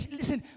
Listen